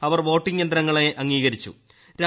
അവർ voting യന്ത്രങ്ങളെ അംഗീകരിക്കും